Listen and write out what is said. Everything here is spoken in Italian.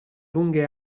lunghe